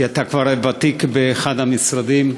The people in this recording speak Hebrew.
כי אתה כבר ותיק באחד המשרדים.